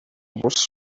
бус